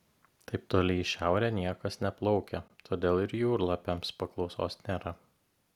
taip toli į šiaurę niekas neplaukia todėl ir jūrlapiams paklausos nėra